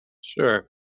Sure